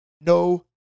no